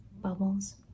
Bubbles